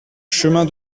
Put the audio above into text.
chemin